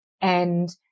And-